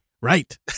right